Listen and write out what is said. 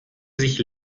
sich